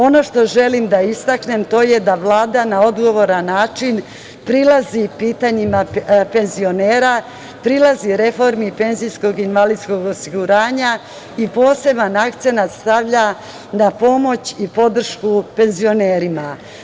Ono što želim da istaknem je to da Vlada na odgovoran način prilazi pitanjima penzionera, prilazi reformi penzijskog i invalidskog osiguranja i poseban akcenat stavlja na pomoć i podršku penzionerima.